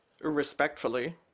respectfully